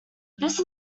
this